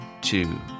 two